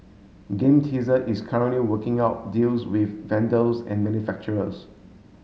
game teaser is currently working out deals with vendors and manufacturers